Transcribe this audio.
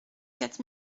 quatre